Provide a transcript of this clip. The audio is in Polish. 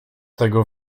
tego